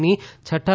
ની છઠ્ઠા